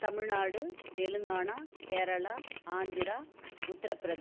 Tamil Nadu Telangana Kerala Andhra Uttar Pradesh